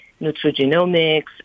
nutrigenomics